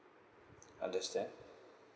understand